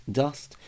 dust